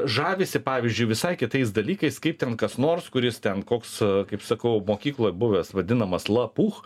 žavisi pavyzdžiui visai kitais dalykais kaip ten kas nors kuris ten koks kaip sakau mokykloj buvęs vadinamas lapuch